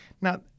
Now